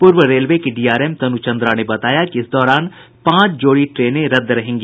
पूर्व रेलवे की डीआरएम तनु चन्द्रा ने बताया कि इस दौरान पांच जोड़ी ट्रेने रद्द रहेंगी